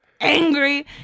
angry